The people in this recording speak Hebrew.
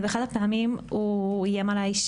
באחת הפעמים הוא איים עליי,